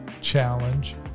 challenge